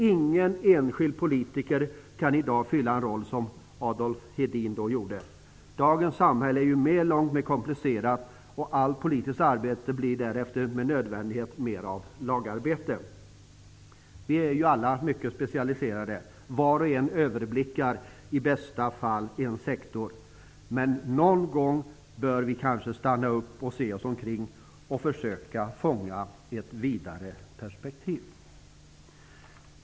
Ingen enskild politiker kan i dag fylla den roll som Adolf Hedin då hade. Dagens samhälle är långt mer komplicerat, och allt politiskt arbete blir därmed med nödvändighet mer av lagarbete. Vi är alla mycket specialiserade, var och en överblickar i bästa fall en sektor. Men någon gång bör vi kanske stanna upp och se oss omkring och försöka se i ett vidare perspektiv.